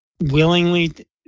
willingly